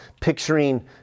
picturing